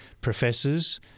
professors